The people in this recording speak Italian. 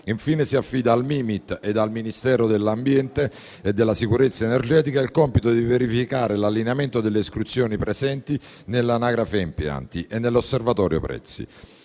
Infine, si affida al Mimit e al Ministero dell'ambiente e della sicurezza energetica il compito di verificare l'allineamento delle iscrizioni presenti nell'anagrafe impianti e nell'osservatorio prezzi.